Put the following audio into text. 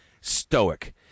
stoic